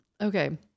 okay